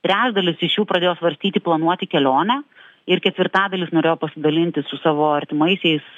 trečdalis iš jų pradėjo svarstyti planuoti kelionę ir ketvirtadalis norėjo pasidalinti su savo artimaisiais